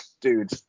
dude